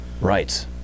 Right